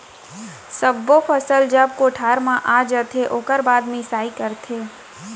सब्बो फसल जब कोठार म आ जाथे ओकर बाद मिंसाई करथे